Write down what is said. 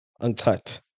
uncut